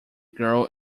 girl